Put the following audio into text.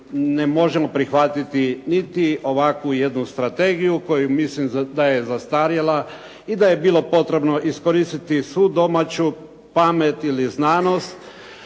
ne možemo prihvatiti niti ovakvu jednu strategiju koju mislim da je zastarjela i da je bilo potrebno iskoristiti svu domaću pamet ili znanost